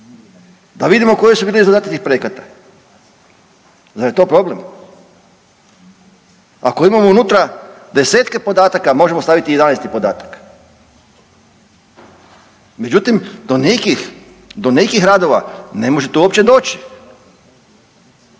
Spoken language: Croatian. da vidimo koji su bili zadaci tih projekata. Zar je to problem? Ako imamo unutra desetke podataka možemo staviti i 11 podatak. Međutim, do nekih radova ne možete uopće doći.